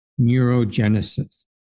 neurogenesis